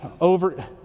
over